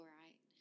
right